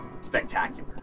spectacular